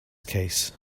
case